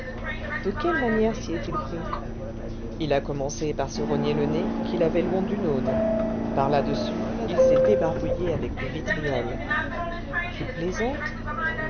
de quelle manière s'y est-il pris il a commencé par se rogner le nez qu'il avait long d'une aune par là-dessus il s'est débarbouillé avec du vitriol tu plaisantes